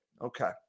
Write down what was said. Okay